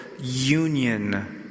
union